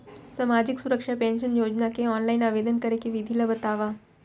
सामाजिक सुरक्षा पेंशन योजना के ऑनलाइन आवेदन करे के विधि ला बतावव